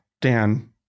Dan